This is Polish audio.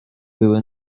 były